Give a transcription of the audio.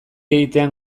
egitean